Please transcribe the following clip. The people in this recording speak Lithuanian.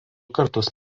kartus